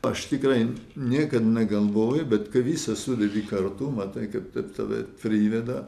aš tikrai niekad negalvoju bet kai visa sudedi kartu matai kaip taip tave priveda